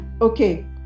okay